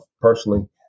personally